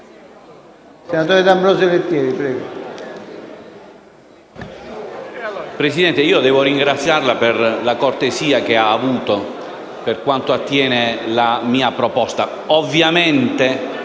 Presidente, vorrei ringraziarla per la cortesia che ha avuto per quanto attiene la proposta